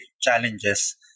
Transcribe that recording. challenges